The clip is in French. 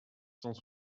cent